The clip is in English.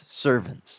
servants